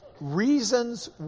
Reasons